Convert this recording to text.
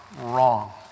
wrong